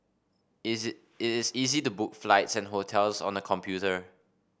is it is easy to book flights and hotels on the computer